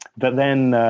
but then